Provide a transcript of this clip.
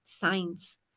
Science